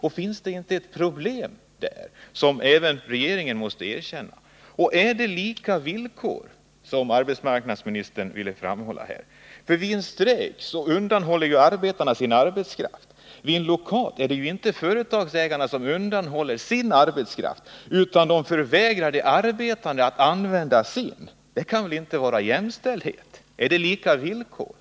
Och ligger det inte ett problem i det förhållandet som måste erkännas också av regeringen? Jag vill till arbetsmarknadsministern ställa frågan om det verkligen är sa att lika villkor gäller vid en lockout. Vid strejk undanhåäller arbetarna sin arbetskraft. Vid lockout är det inte så att företagsägarna undanhaller sin arbetskraft. utan de förvägrar i stället de arbetande rätten att använda sin. Detta kan inte vara förenligt med jämställdhet och lika villkor.